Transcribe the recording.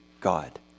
God